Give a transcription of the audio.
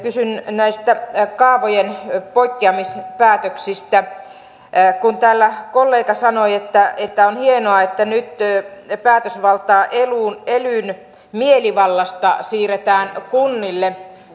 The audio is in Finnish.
kysyn näistä kaavojen poikkeamispäätöksistä kun täällä kollega sanoi että on hienoa että nyt päätösvaltaa elyn mielivallasta siirretään kunnille